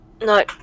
No